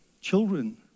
Children